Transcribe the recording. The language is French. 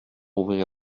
ouvrir